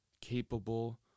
capable